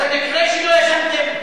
לא יזמת.